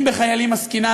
אם בחיילים עסקינן,